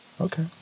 Okay